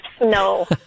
No